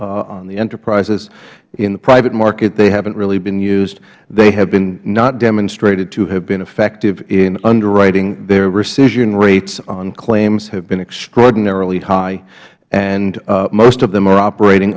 on the enterprises in the private market they haven't really been used they have been not demonstrated to have been effective in underwriting their rescission rates on claims have been extraordinarily high and most of them are operating